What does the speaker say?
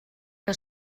que